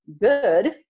good